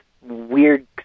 weird